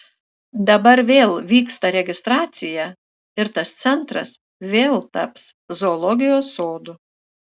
dabar vėl vyksta registracija ir tas centras vėl taps zoologijos sodu